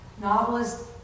Novelist